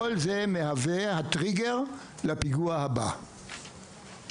כל זה מהווה הטריגר לפיגוע הבא.